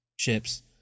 ships